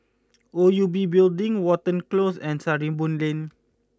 O U B Building Watten Close and Sarimbun Lane